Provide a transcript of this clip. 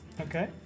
Okay